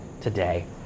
today